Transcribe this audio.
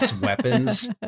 weapons